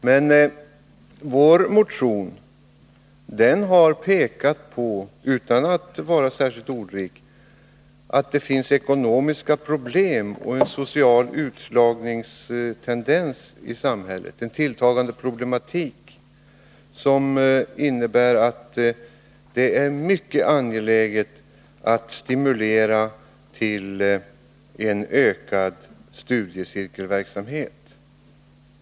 Men vår motion har, utan att vara särskilt ordrik, pekat på att det finns ekonomiska problem och samtidigt därmed en tendens till social utslagning i samhället. Det är en tilltagande problematik, som innebär att det är mycket angeläget att stimulera till en ökad studiecirkelverksamhet.